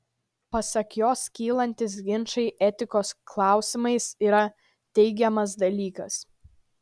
pasak jos kylantys ginčai etikos klausimais yra teigiamas dalykas